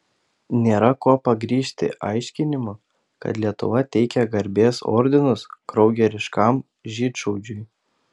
nėra kuo pagrįsti aiškinimų kad lietuva teikia garbės ordinus kraugeriškam žydšaudžiui